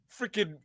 Freaking